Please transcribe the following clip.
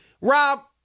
Rob